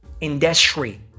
industry